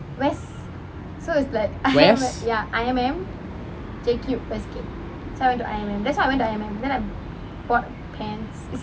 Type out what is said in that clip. west